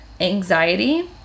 anxiety